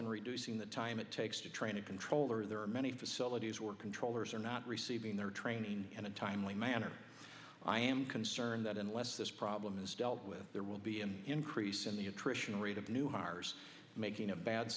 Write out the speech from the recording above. on reducing the time it takes to train a controller there are many facilities where controllers are not receiving their training in a timely manner i am concerned that unless this problem is dealt with there will be in increase in the attrition rate of new hires making a bad